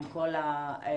עם כל היחס,